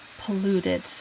polluted